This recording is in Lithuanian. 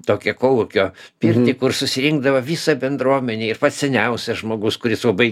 tokią kolūkio pirtį kur susirinkdavo visa bendruomenė ir pats seniausias žmogus kuris labai